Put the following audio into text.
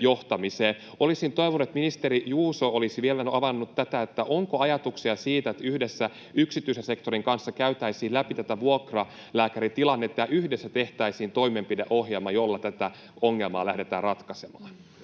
johtamiseen. Olisin toivonut, että ministeri Juuso olisi vielä nyt avannut tätä, onko ajatuksia siitä, että yhdessä yksityisen sektorin kanssa käytäisiin läpi vuokralääkäritilannetta ja yhdessä tehtäisiin toimenpideohjelma, jolla tätä ongelmaa lähdetään ratkaisemaan.